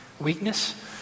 weakness